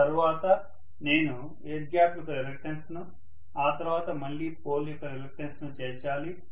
తర్వాత నేను air gap యొక్క రిలక్టన్స్ ను ఆ తరువాత మళ్లీ పోల్ యొక్క రిలక్టన్స్ ను చేర్చాలి